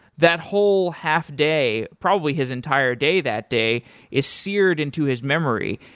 that whole half day, probably his entire day that day is seared into his memory.